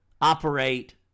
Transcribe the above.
operate